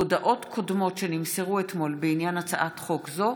הודעות קודמות שנמסרו אתמול בעניין הצעת חוק זו,